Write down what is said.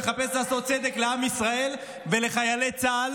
אני מחפש לעשות צדק לעם ישראל ולחיילי צה"ל